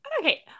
Okay